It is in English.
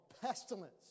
pestilence